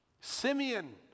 Simeon